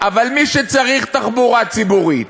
אבל מי שצריך תחבורה ציבורית,